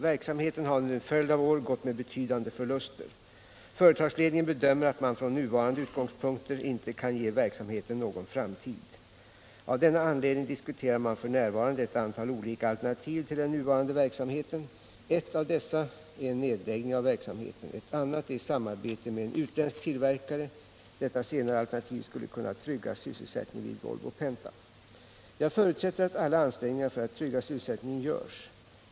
Verksamheten har under en följd av år gått med betydande förluster. Företagsledningen bedömer att man från nuvarande utgångspunkter inte kan ge verksamheten någon framtid. Av denna anledning diskuterar man f.n. ett Om åtgärder för att rädda sysselsättningen dt an ställda vid Volvo in antal olika alternativ till den nuvarande verksamheten. Ett av dessa är nedläggning av verksamheten. Ett annat är samarbete med en utländsk tillverkare. Detta senare alternativ skulle kunna trygga sysselsättningen vid Volvo-Penta. Jag förutsätter att alla ansträngningar för att trygga sysselsättningen görs.